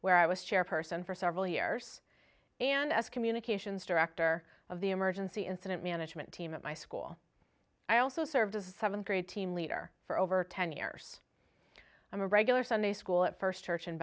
where i was chairperson for several years and as communications director of the emergency incident management team at my school i also served as a seventh grade team leader for over ten years i'm a regular sunday school at first her chin